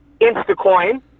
InstaCoin